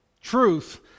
truth